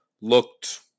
looked